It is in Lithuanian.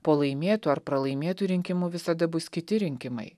po laimėtų ar pralaimėtų rinkimų visada bus kiti rinkimai